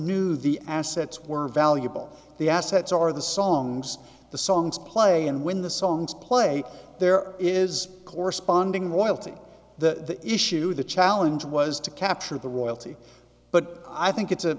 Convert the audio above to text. knew the assets were valuable the assets are the songs the songs play and when the songs play there is a corresponding while to the issue the challenge was to capture the royalty but i think it's a